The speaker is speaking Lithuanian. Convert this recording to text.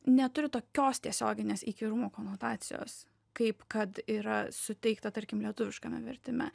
neturi tokios tiesioginės įkyrumo konotacijos kaip kad yra suteikta tarkim lietuviškame vertime